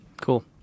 Cool